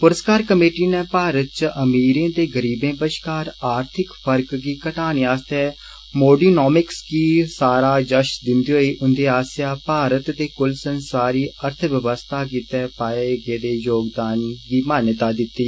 पुरस्कार कमेटी ने भारत च अमीरें ते गरीबें बष्कार आर्थिक फर्क गी घटाने आस्ते डवकपदवउपबे गी सारा जस्स दिन्दे होई उन्दे आस्सेआ भारत ते कुलसंसारी अर्थ व्यवस्था गितै पाए गेदे योगदान गी मान्यता दिती